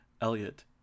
Elliot